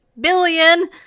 billion